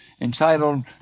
entitled